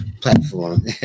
platform